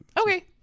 Okay